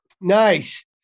Nice